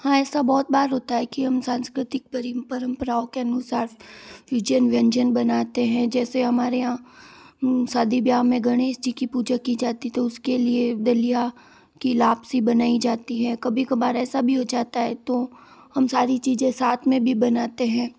हाँ ऐसा बहुत बार होता है कि हम सांस्कृतिक परंपराओं के अनुसार उज्जैन व्यंजन बनाते हैं जैसे हमारे यहाँ शादी ब्याह में गणेश जी की पूजा की जाती तो उसके लिए दलिया की लापसी बनाई जाती है कभी कभार ऐसा भी हो जाता है तो हम सारी चीज़ें साथ में भी बनाते हैं